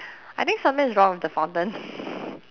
I think something is wrong with the fountain